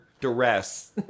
duress